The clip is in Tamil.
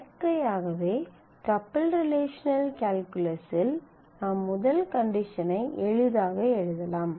இயற்கையாகவே டப்பிள் ரிலேஷனல் கால்குலஸில் நாம் முதல் கண்டிஷனை எளிதாக எழுதலாம்